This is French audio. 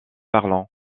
parlant